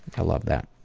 i love that.